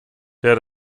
der